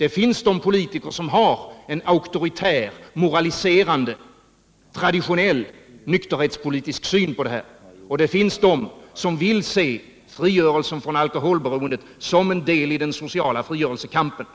Det finns dels de politiker som har en auktoritär, moraliserande, traditionell nykterhetspolitisk syn på detta, dels de som vill se frigörelsen från alkoholberoendet som en del i den sociala frigörelsekampen.